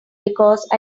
because